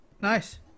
Nice